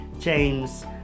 James